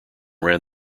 ran